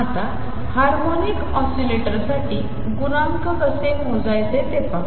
आता हार्मोनिक ऑसीलेटरसाठी गुणांक कसे मोजायचे ते पाहू